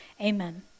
Amen